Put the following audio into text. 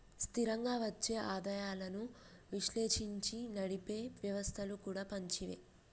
స్థిరంగా వచ్చే ఆదాయాలను విశ్లేషించి నడిపే వ్యవస్థలు కూడా మంచివే